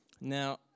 Now